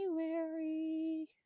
January